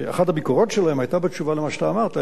הביקורות שלהם היתה בתשובה על מה שאתה אמרת: